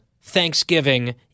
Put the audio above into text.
Thanksgiving